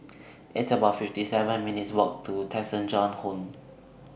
It's about fifty seven minutes' Walk to Tessensohn Road